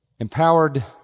empowered